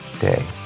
day